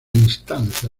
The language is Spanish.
instancia